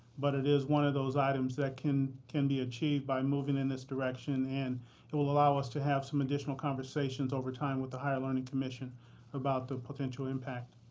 but it is one of those items that can can be achieved by moving in this direction. and it will allow us to have some additional conversations over time with the higher learning commission about the potential impact.